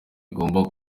bigomba